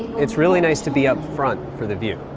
it's really nice to be up front for the view.